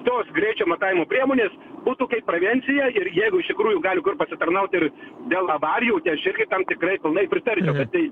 tos greičio matavimo priemonės būtų kaip pravencija ir jeigu iš tikrųjų gali kur pasitarnaut ir dėl avarijų tai aš irgi tam tikrai pilnai pritarčiau bet tai